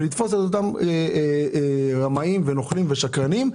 כדי לתפוס את אותם רמאים ונוכלים ושקרנים,